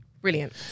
Brilliant